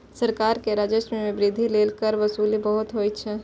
सरकार के राजस्व मे वृद्धि लेल कर वसूली बहुत जरूरी होइ छै